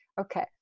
okay